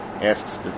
asks